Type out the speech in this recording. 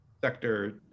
sector